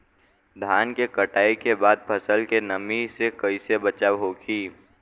धान के कटाई के बाद फसल के नमी से कइसे बचाव होखि?